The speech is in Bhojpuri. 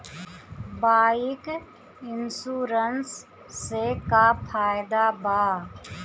बाइक इन्शुरन्स से का फायदा बा?